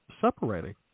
separating